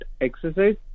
exercise